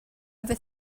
efo